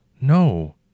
No